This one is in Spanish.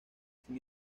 sin